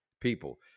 people